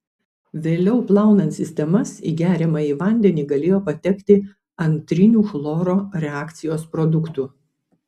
vėliau plaunant sistemas į geriamąjį vandenį galėjo patekti antrinių chloro reakcijos produktų